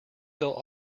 they’ll